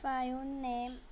five name